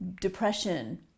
depression